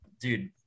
dude